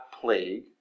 plague